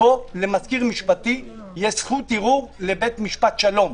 פה למזכיר משפטי יש זכות ערעור לבית משפט שלום.